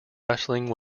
wrestling